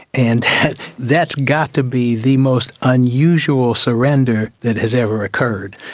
and that's got to be the most unusual surrender that has ever occurred.